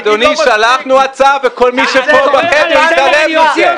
אדוני, שלחנו הצעה, וכל מי שפה בחדר התעלם מזה.